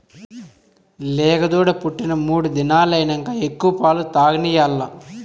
లేగదూడ పుట్టి మూడు దినాలైనంక ఎక్కువ పాలు తాగనియాల్ల